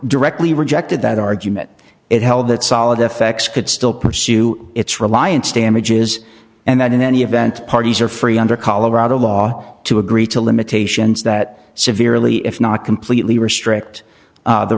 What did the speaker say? directly rejected that argument it held that solid effects could still pursue its reliance damages and that in any event parties are free under colorado law to agree to limitations that severely if not completely restrict